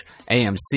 AMC